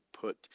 put